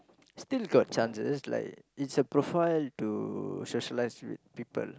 still got chance it's like it's a profile to socialise with people